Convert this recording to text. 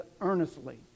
earnestly